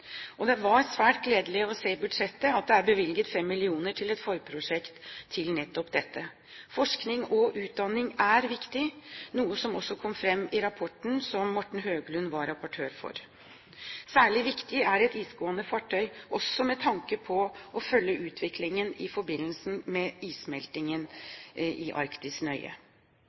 Det er svært gledelig å se i budsjettet at det er bevilget 5 mill. kr til et forprosjekt til nettopp dette. Forskning og utdanning er viktig, noe som også kom fram i rapporten som Morten Høglund var rapportør for. Særlig viktig er et isgående fartøy også med tanke på å følge utviklingen i forbindelse med issmeltingen i Arktis nøye.